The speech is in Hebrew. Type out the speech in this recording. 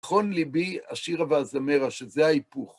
נכון ליבי אשירה ואזמרה, שזה ההיפוך.